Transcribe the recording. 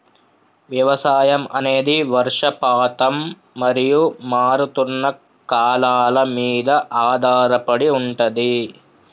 వ్యవసాయం అనేది వర్షపాతం మరియు మారుతున్న కాలాల మీద ఆధారపడి ఉంటది